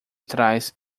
traz